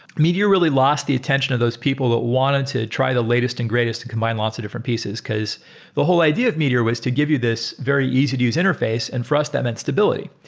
meteor really lost the attention of those people that wanted to try the latest and greatest to combine lots of different pieces, because the whole idea of meteor was to give you this very easy to use interface, and for us that meant stability.